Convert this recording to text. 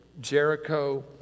Jericho